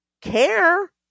care